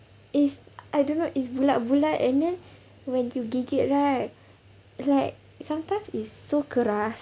it's I don't know it's bulat-bulat and then when you gigit right like sometimes it's so keras